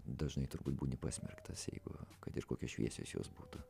dažnai turbūt būni pasmerktas jeigu kad ir kokios šviesiosios jos būtų